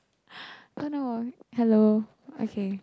oh no hello okay